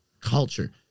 culture